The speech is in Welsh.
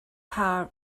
car